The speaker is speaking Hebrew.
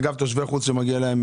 תושבי חוץ שמגיע להם